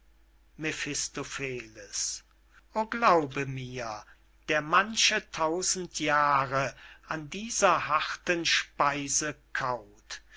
mephistopheles o glaube mir der manche tausend jahre an dieser harten speise kaut